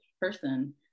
person